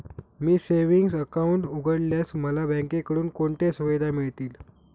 मी savings account उघडल्यास मला बँकेकडून कोणत्या सुविधा मिळतील?